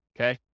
okay